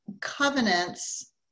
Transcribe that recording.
covenants